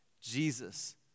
Jesus